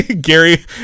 Gary